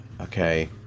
okay